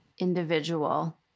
individual